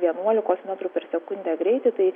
vienuolikos metrų per sekundę greitį tai